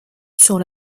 sur